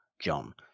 John